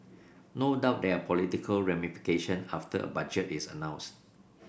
no doubt there are political ramification after a budget is announced